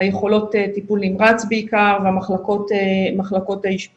יכולות הטיפול נמרץ בעיקר ומחלקות האשפוז.